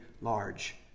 large